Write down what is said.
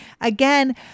again